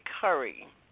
Curry